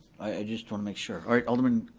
i just wanna make sure. alright alderman